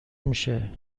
میشه